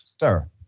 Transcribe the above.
Sir